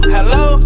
Hello